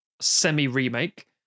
semi-remake